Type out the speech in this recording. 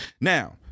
Now